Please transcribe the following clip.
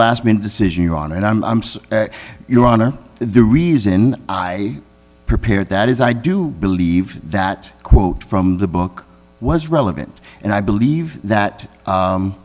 last minute decision you're on and i'm your honor the reason i prepared that is i do believe that quote from the book was relevant and i believe that